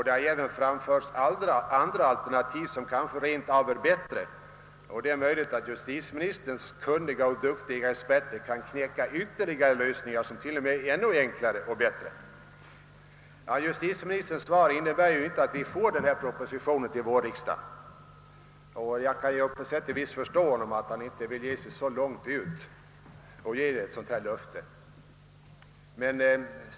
Det har även framförts andra alternativ som kanske rent av är bättre. Och justitieministerns kunniga och dugliga experter kan kanske åstadkomma ytterligare lösningar, som t.o.m. är ännu enklare och bättre. Justitieministerns svar innebär inte att proposition i detta ärende verkligen kommer att föreläggas vårriksdagen. Jag kan också förstå honom när han inte vill gå så långt som att ge ett bestämt löfte.